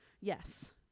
yes